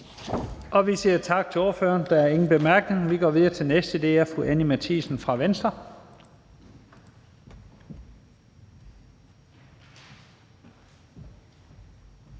Vi siger tak til ordføreren. Der er ingen korte bemærkninger. Vi går videre til den næste, og det er fru Anni Matthiesen fra Venstre.